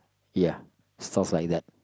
ya stalls like that